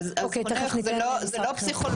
זה לא פסיכולוג,